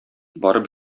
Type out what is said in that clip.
барып